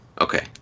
okay